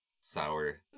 sour